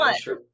true